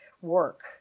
work